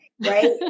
right